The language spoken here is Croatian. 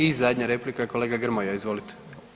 I zadnja replika kolega Grmoja, izvolite.